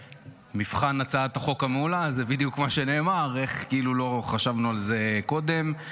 ומבחן הצעת החוק המעולה זה בדיוק מה שנאמר: איך לא חשבנו על זה קודם.